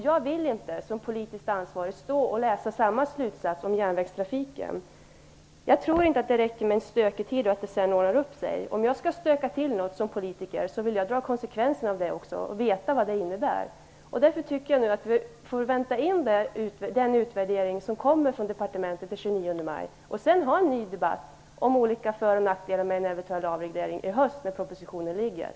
Jag vill inte, som politiskt ansvarig, få läsa samma slutsats om järnvägstrafiken. Jag tror inte att det räcker med en stökig period och att det sedan ordnar upp sig. Om jag skall stöka till något som politiker vill jag ta konsekvensen av det också och veta vad det innebär. Därför tycker jag att vi får vänta in den utvärdering som kommer från departementet den 29 maj. Sedan kan vi ha en ny debatt i höst, när propositionen är framlagd, om olika för och nackdelar med en eventuell avreglering.